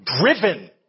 driven